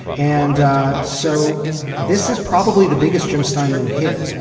and so this is probably the biggest jim steinman hit.